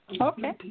Okay